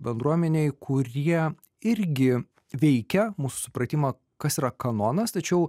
bendruomenėj kurie irgi veikia mūsų supratimą kas yra kanonas tačiau